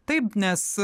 taip nes